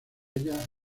ellas